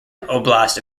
oblast